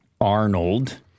Arnold